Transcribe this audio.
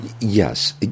yes